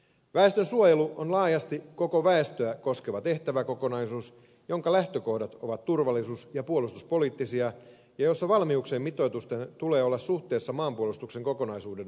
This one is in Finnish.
väestönsuojelu on laajasti koko väestöä koskeva tehtäväkokonaisuus jonka lähtökohdat ovat turvallisuus ja puolustuspoliittisia ja jossa valmiuksien mitoitusten tulee olla suhteessa maanpuolustuksen kokonaisuuden valmiuksiin